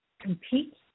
compete